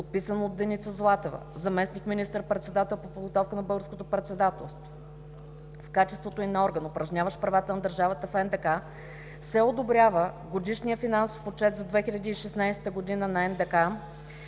подписан от Деница Златева заместник министър-председател по подготовката на Българското председателство, в качеството й на орган, упражняващ правата на държавата в НДК се одобрява годишния финансов отчет за 2016 г., на НДК